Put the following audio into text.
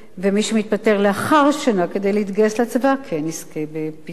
ומי שמתפטר לאחר שנה כדי להתגייס לצבא כן יזכה בפיצויים.